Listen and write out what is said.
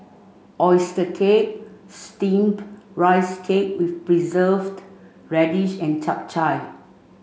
oyster cake steamed rice cake with preserved radish and Chap Chai